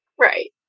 right